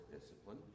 discipline